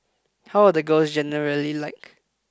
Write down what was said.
how are the girls generally like